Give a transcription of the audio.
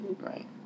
Right